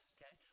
Okay